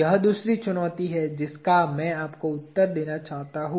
यह दूसरी चुनौती है जिसका मैं आपको उत्तर देना चाहता हूं